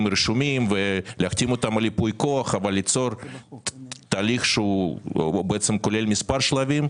רשומים ולהחתים אותם על ייפוי כוח ויצור תהליך שכולל מספר שלבים.